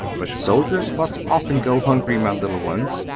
but soldiers must often go hungry, my little ones.